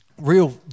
real